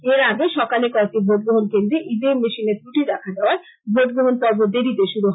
এর আগে সকালে কয়েকটি ভোটগ্রহন কেন্দ্রে ইভিএম মেশিনে গ্রুটি দেখা দেওয়ায় ভোটগ্রহনপর্ব দেরীতে শুরু হয়